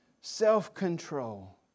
self-control